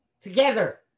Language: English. together